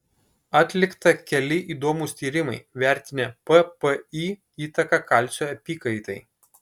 atlikta keli įdomūs tyrimai vertinę ppi įtaką kalcio apykaitai